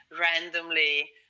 randomly